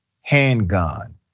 handgun